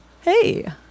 hey